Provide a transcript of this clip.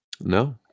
No